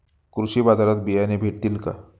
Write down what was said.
कृषी बाजारात बियाणे भेटतील का?